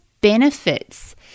benefits